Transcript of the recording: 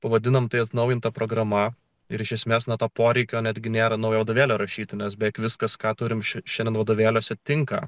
pavadinome tai atnaujinta programa ir iš esmės nuo to poreikio netgi nėra naujo vadovėlio rašytinos beveik viskas ką turime šiandien vadovėliuose tinka